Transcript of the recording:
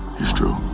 it's true.